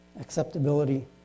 acceptability